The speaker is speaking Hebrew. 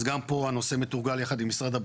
ועכשיו הדאגה עוד יותר גדולה כי חלפו יותר מ-20 שנים